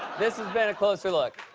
this has been a closer look.